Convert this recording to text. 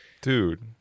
dude